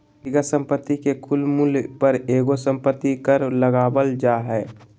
व्यक्तिगत संपत्ति के कुल मूल्य पर एगो संपत्ति कर लगावल जा हय